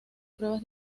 pruebas